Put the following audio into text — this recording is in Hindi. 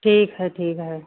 ठीक है ठीक है